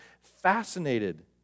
fascinated